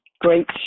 Great